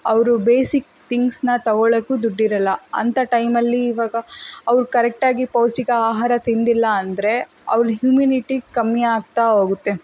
ಅವರು ಬೇಸಿಕ್ ತಿಂಗ್ಸನ್ನ ತೊಗೊಳ್ಳೋಕ್ಕೂ ದುಡ್ಡು ಇರೋಲ್ಲ ಅಂಥ ಟೈಮಲ್ಲಿ ಇವಾಗ ಅವರು ಕರೆಕ್ಟ್ ಆಗಿ ಪೌಷ್ಠಿಕ ಆಹಾರ ತಿಂದಿಲ್ಲ ಅಂದರೆ ಅವ್ರ ಹ್ಯುಮಿನಿಟಿ ಕಮ್ಮಿ ಆಗ್ತಾ ಹೋಗುತ್ತೆ